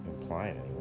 implying